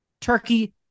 Turkey